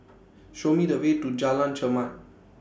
Show Me The Way to Jalan Chermat